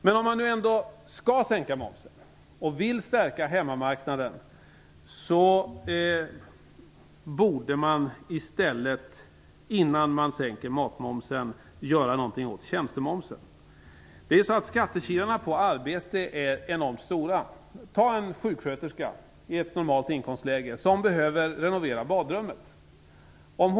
Men om man nu skall sänka momsen och vill stärka hemmamarknaden borde man i stället göra någonting åt tjänstemomsen innan man sänker matmomsen. Skattekilarna när det gäller arbete är ju enormt stora. Som exempel kan nämnas en sjuksköterska i ett normalt inkomstläge som behöver få badrummet renoverat.